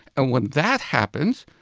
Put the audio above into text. and when that happens,